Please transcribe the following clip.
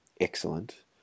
excellent